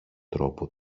τρόπο